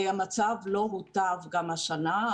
המצב לא הוטב גם השנה.